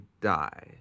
die